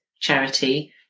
charity